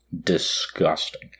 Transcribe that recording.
disgusting